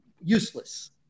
useless